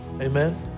amen